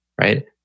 right